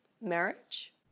marriage